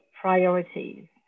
priorities